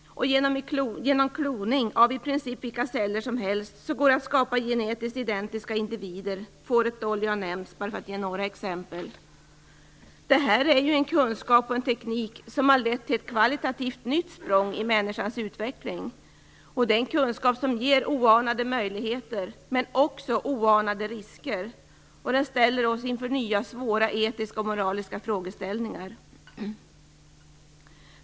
Genom kloning av i princip vilka celler som helst går det att skapa genetiskt identiska individer. Fåret Dolly har här nämnts som exempel. Det här är en kunskap och teknik som har lett till ett kvalitativt nytt språng i människans utveckling. Den nya kunskapen ger oanade möjligheter, men den innebär också oanade risker. Och den ställer oss inför nya svåra etiska och moraliska frågeställningar.